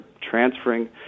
transferring